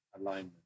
alignment